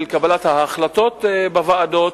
של קבלת ההחלטות בוועדות,